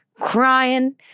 crying